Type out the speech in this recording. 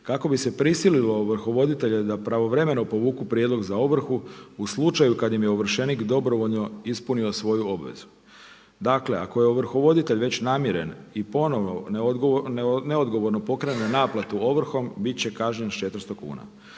kako bi se prisililo ovrhovoditelje da pravovremeno povuku prijedlog za ovrhu u slučaju kada im je ovršenik dobrovoljno ispunio svoju obvezu. Dakle ako je ovrhovoditelj već namiren i ponovno neodgovorno pokrene naplatu ovrhom biti će kažnjen s 400 kuna.